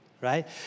right